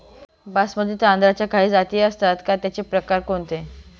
बासमती तांदळाच्या काही जाती असतात का, त्याचे प्रकार कोणते?